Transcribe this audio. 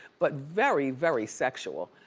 but very, very sexual.